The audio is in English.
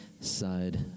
side